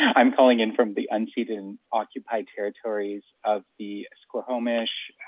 i'm calling in from the unceded and occupied territories of the squamish,